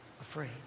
afraid